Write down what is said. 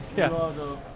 yeah all go